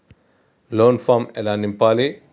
Loan form ఎలా నింపాలి?